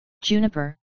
Juniper